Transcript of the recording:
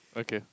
okay